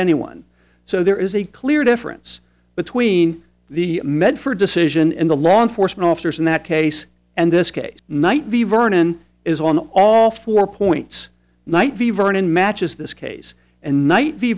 anyone so there is a clear difference between the medford decision and the law enforcement officers in that case and this case night vernon is on all four points night vernon matches this case and night